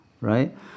right